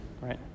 right